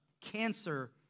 cancer